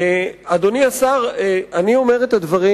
אדוני השר, אני אומר את הדברים